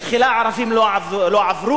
תחילה הערבים לא עברו,